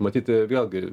matyt vėlgi